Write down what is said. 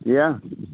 یاہ